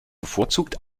bevorzugt